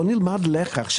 בואו נלמד לקח,